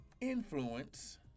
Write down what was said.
influence